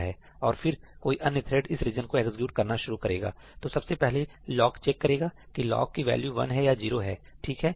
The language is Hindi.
और फिर कोई अन्य थ्रेड इस रीजन को एग्जीक्यूट करना शुरू करेगा तो सबसे पहले लॉक चेक करेगा कि लॉक की वैल्यू वन है या जीरो है ठीक है